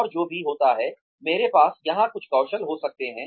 और जो भी होता है मेरे पास यहां कुछ कौशल हो सकते हैं